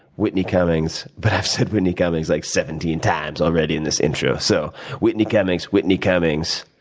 whitney cummings but i've said whitney cummings like seventeen times already in this intro. so whitney cummings, whitney cummings,